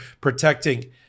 protecting